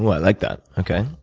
i like that. okay.